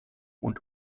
und